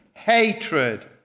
hatred